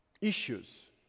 issues